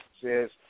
says